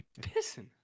Pissing